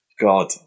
God